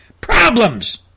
problems